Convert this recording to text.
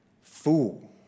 Fool